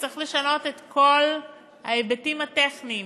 צריך לשנות את כל ההיבטים הטכניים.